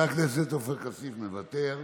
מוותר,